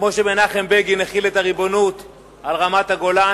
שכמו שמנחם בגין החיל את הריבונות על רמת-הגולן,